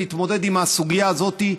להתמודד עם הסוגיה הזאת,